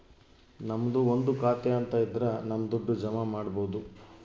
ನಮ್ದು ಒಂದು ಖಾತೆ ಅಂತ ಇದ್ರ ನಮ್ ದುಡ್ಡು ಜಮ ಮಾಡ್ಬೋದು